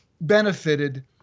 benefited